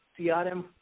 CRM